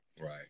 Right